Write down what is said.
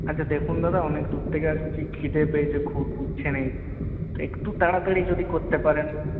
আচ্ছা দেখুন দাদা অনেক দূর থেকে আসছি খিদে পেয়েছে খুব বুঝছেনই তো একটু তাড়াতাড়ি যদি করতে পারেন